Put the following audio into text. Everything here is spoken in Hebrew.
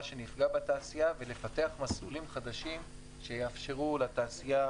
שנפגע בתעשייה ולפתח מסלולים חדשים שיאפשרו לתעשייה